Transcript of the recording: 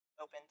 open